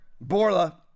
Borla